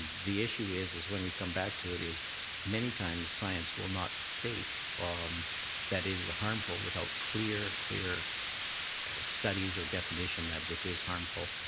the issue is is when we come back to it is many times science will not state um that it is harmful without clear, clear studies or definition that this is harmful,